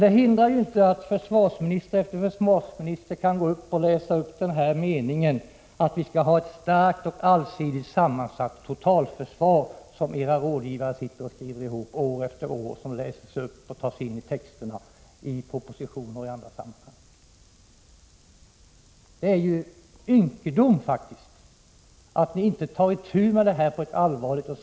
Detta hindrar dock inte att försvarsminister efter försvarsminister stiger fram och läser upp den mening där det sägs att vi skall ha ett starkt och allsidigt sammansatt totalförsvar. Den meningen skrivs år efter år ned av era rådgivare, läses upp och tas in i propositioner och i andra texter. Det är faktiskt en ynkedom att ni inte tar itu med den här frågan på ett seriöst sätt.